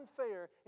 unfair